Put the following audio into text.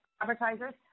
Advertisers